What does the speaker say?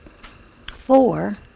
Four